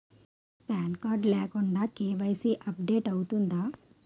Pan card లేకుండా KYC update అవుతుందా?